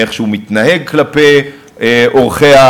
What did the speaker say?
שבו הוא מתנהג כלפי עורכי-הדין.